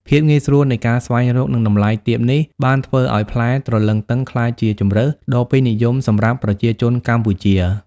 ភាពងាយស្រួលនៃការស្វែងរក និងតម្លៃទាបនេះបានធ្វើឲ្យផ្លែទ្រលឹងទឹងក្លាយជាជម្រើសដ៏ពេញនិយមសម្រាប់ប្រជាជនកម្ពុជា។